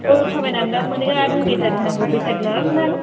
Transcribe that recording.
औ थाबायनानैबाबो मोनहैयो आरो नों बेटारि नांगौबा बेटारि लानानै थांनो हागोन